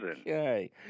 Okay